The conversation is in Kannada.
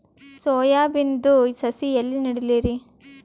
ಸೊಯಾ ಬಿನದು ಸಸಿ ಎಲ್ಲಿ ನೆಡಲಿರಿ?